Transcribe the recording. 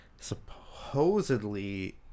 Supposedly